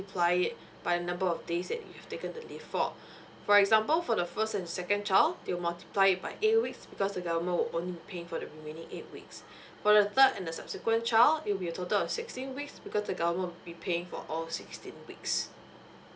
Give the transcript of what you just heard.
it by the number of days that you have taken the leave for for example for the first and second child they'll multiply it by eight weeks because the government will only be paying for the remaining eight weeks for the third and the subsequent child it will be a total of sixteen weeks because the givernment will be paying for all sixteen weeks